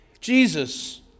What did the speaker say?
Jesus